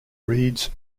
reads